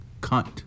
Cunt